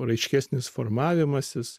raiškesnis formavimasis